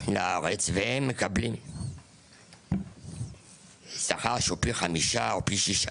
לארץ, הם מרוויחים שכר של פי חמישה או שישה,